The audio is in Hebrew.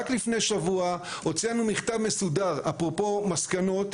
רק לפני שבוע הוצאנו מכתב מסודר, אפרופו מסקנות,